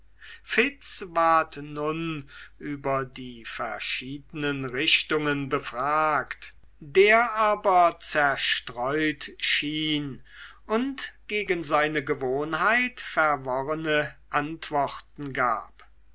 ward nun über die verschiedenen richtungen befragt der aber zerstreut schien und gegen seine gewohnheit verworrene antworten gab